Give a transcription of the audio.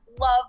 love